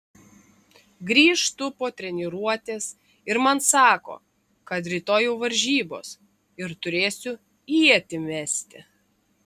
grįžtu po treniruotės ir man sako kad rytoj jau varžybos ir turėsiu ietį mesti